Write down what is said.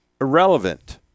irrelevant